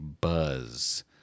Buzz